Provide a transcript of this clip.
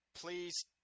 Please